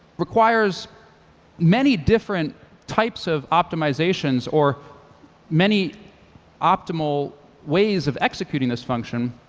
requires many different types of optimizations or many optimal ways of executing this function,